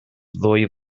ddwy